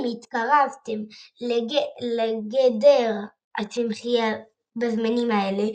אם התקרבתם לגדר הצמחיה בזמנים האלה,